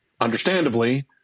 understandably